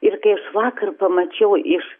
ir kai aš vakar pamačiau iš